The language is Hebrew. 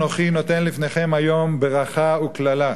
ראה אנוכי נותן לפניכם היום ברכה וקללה.